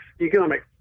economic